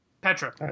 Petra